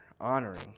honoring